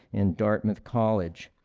and dartmouth college.